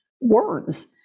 words